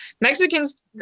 mexicans